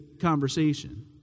conversation